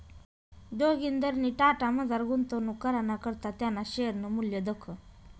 जोगिंदरनी टाटामझार गुंतवणूक कराना करता त्याना शेअरनं मूल्य दखं